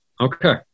Okay